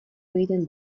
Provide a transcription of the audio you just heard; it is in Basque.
egiten